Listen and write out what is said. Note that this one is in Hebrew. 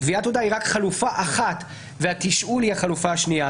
גביית הודעה היא רק חלופה אחת והתשאול היא החלופה השנייה.